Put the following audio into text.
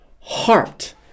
heart